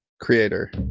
creator